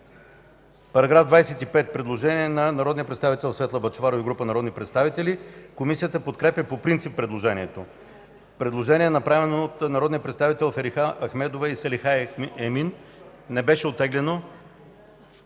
По § 25 – предложение на народния представител Светла Бъчварова и група народни представители. Комисията подкрепя по принцип предложението. Предложение от народните представители Ферихан Ахмедова и Салиха Емин. То не беше оттеглено,